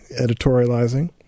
editorializing